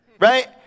Right